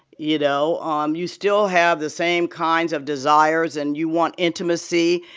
you know? um you still have the same kinds of desires, and you want intimacy.